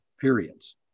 periods